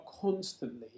constantly